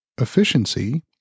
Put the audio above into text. efficiency